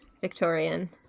Victorian